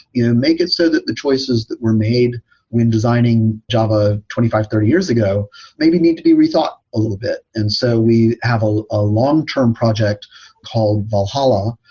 you know make it so that the choices that were made when designing java twenty five, thirty years ago maybe need to be rethought a little bit. and so we have ah a long-term project called valhalla,